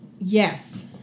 Yes